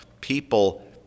people